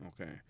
okay